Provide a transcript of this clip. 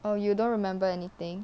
oh you don't remember anything